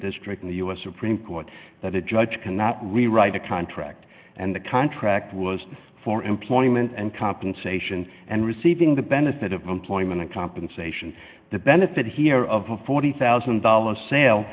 district in the us supreme court that a judge cannot rewrite a contract and the contract was for employment and compensation and receiving the benefit of employment compensation the benefit here of a forty thousand dollars sale